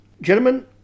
Gentlemen